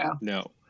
No